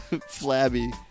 Flabby